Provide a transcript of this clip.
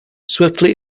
swiftly